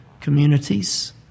communities